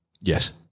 Yes